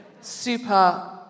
super